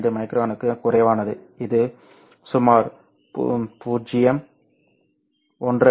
15 மைக்ரானுக்குக் குறைவானது இது சுமார் 0